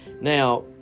Now